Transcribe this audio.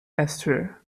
esther